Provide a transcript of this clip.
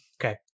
okay